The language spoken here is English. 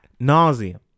nauseum